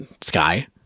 sky